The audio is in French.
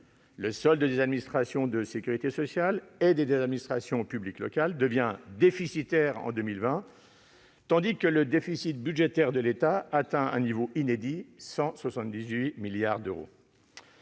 Le solde des administrations de sécurité sociale et des administrations publiques locales devient déficitaire en 2020, tandis que le déficit budgétaire de l'État atteint le niveau inédit de 178 milliards d'euros.